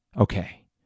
okay